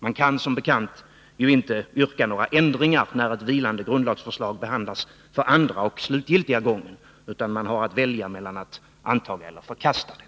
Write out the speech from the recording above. Man kan ju som bekant inte yrka några ändringar när ett vilande grundlagsförslag behandlas för andra och slutgiltiga gången, utan man har att välja mellan att anta eller förkasta det.